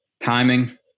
timing